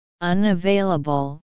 unavailable